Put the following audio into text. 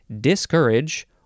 discourage